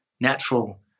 natural